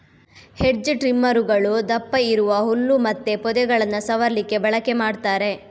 hedge ಟ್ರಿಮ್ಮರುಗಳು ದಪ್ಪ ಇರುವ ಹುಲ್ಲು ಮತ್ತೆ ಪೊದೆಗಳನ್ನ ಸವರ್ಲಿಕ್ಕೆ ಬಳಕೆ ಮಾಡ್ತಾರೆ